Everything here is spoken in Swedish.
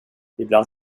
ibland